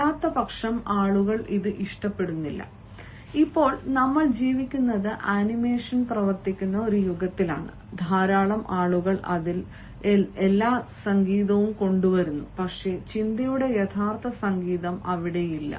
അല്ലാത്തപക്ഷം ആളുകൾ ഇത് ഇഷ്ടപ്പെടുന്നില്ല ഇപ്പോൾ നമ്മൾ ജീവിക്കുന്നത് ആനിമേഷൻ പ്രവർത്തിക്കുന്ന ഒരു യുഗത്തിലാണ് ധാരാളം ആളുകൾ അതിൽ എല്ലാ സംഗീതവും കൊണ്ടുവരുന്നു പക്ഷേ ചിന്തയുടെ യഥാർത്ഥ സംഗീതം അവിടെ ഇല്ല